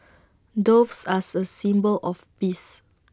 doves as A symbol of peace